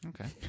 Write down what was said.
Okay